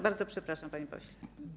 Bardzo przepraszam, panie pośle.